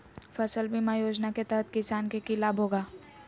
फसल बीमा योजना के तहत किसान के की लाभ होगा?